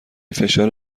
فشار